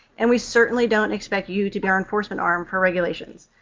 and we certainly don't expect you to be our enforcement arm for regulations.